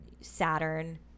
saturn